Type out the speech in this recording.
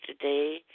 today